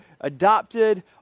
adopted